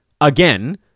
again